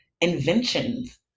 inventions